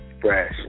fresh